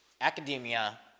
academia